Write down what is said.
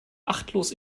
achtlos